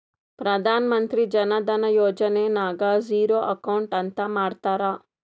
ಪ್ರಧಾನ್ ಮಂತ್ರಿ ಜನ ಧನ ಯೋಜನೆ ನಾಗ್ zero account ಅಂತ ಮಾಡ್ತಾರ